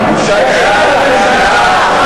נא להצביע.